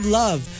love